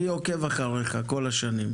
אני עוקב אחריך כל השנים.